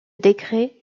décret